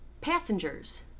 passengers